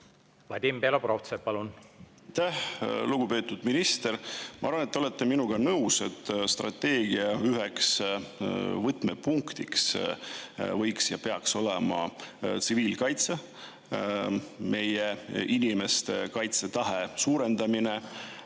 Vadim Belobrovtsev, palun! Aitäh! Lugupeetud minister! Ma arvan, et te olete minuga nõus, et strateegia üheks võtmepunktiks võiks olla ja peaks olema tsiviilkaitse, meie inimeste kaitsetahte suurendamine,